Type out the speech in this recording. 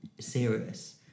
serious